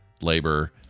labor